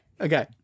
Okay